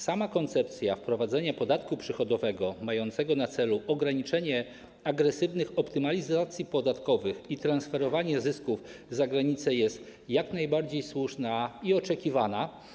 Sama koncepcja wprowadzenia podatku przychodowego mającego na celu ograniczenie agresywnych optymalizacji podatkowych i transferowania zysków za granicę jest jak najbardziej słuszna i oczekiwana.